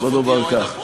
בוא נאמר כך.